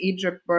Egypt